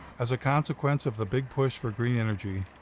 as a consequence of the big push for green energy,